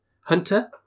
Hunter